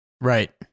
Right